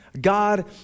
God